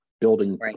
building